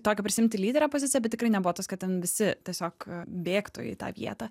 tokio prisiimti lyderio poziciją bet tikrai nebuvo tas kad ten visi tiesiog bėgtų į tą vietą